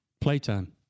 playtime